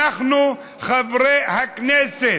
אנחנו, חברי הכנסת,